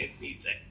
music